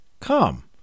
come